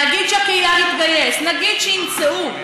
נגיד שהקהילה תתגייס, נגיד שימצאו.